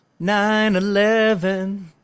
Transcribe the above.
9-11